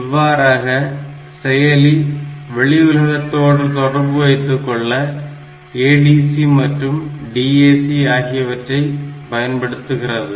இவ்வாறாக செயலி வெளியுலகத்தோடு தொடர்பு வைத்துக்கொள்ள ADC மற்றும் DAC ஆகியவற்றை பயன்படுத்துகின்றது